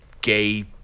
gay